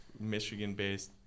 Michigan-based